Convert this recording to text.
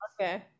Okay